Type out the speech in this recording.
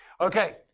Okay